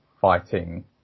fighting